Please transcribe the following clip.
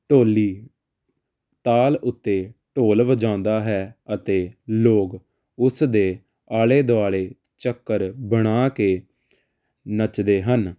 ਢੋਲੀ ਤਾਲ ਉੱਤੇ ਢੋਲ ਵਜਾਉਂਦਾ ਹੈ ਅਤੇ ਲੋਗ ਉਸ ਦੇ ਆਲ਼ੇ ਦੁਆਲ਼ੇ ਚੱਕਰ ਬਣਾ ਕੇ ਨੱਚਦੇ ਹਨ